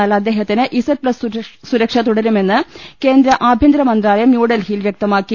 എന്നാൽ അദ്ദേഹത്തിന് Z plus സുരക്ഷ തുടരുമെന്ന് കേന്ദ്ര ആഭ്യന്തരമന്ത്രാലയം ന്യൂഡൽഹിയിൽ വൃക്തമാക്കി